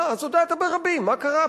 מה, אז הודעת ברבים, מה קרה פה?